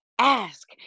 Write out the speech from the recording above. ask